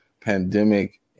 pandemic